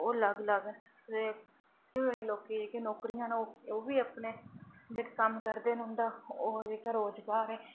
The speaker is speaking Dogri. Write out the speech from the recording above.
ओह् लग्ग लग्ग न अते झिगड़े लोकें जेह्के नौकरियां न ओह् बी अपने जेह्के कम्म करदे उं'दा ओह् जेह्का रुजगार ऐ